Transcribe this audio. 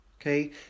okay